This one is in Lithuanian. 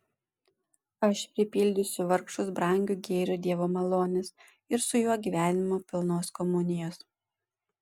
aš pripildysiu vargšus brangiu gėriu dievo malonės ir su juo gyvenimo pilnos komunijos